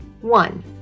One